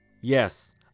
yes